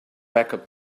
backup